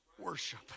worship